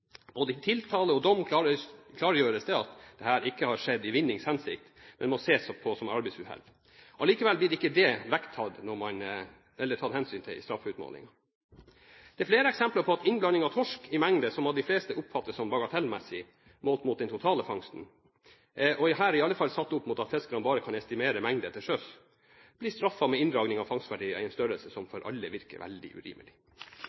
tiltale og dom klargjøres det at dette ikke har skjedd i vinnings hensikt, men må ses på som arbeidsuhell. Likevel blir ikke det tatt hensyn til i straffeutmålingen. Det er flere eksempler på at innblanding av torsk i mengder som av de fleste oppfattes som bagatellmessige målt mot den totale fangsten, i alle fall satt opp mot at fiskerne bare kan estimere mengde til sjøs, blir straffet med inndragning av fangstverdier i en størrelse som for alle virker veldig urimelig.